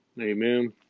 Amen